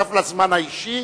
הזמן האישי.